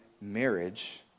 marriage